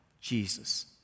Jesus